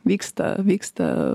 vyksta vyksta